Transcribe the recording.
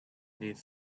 needs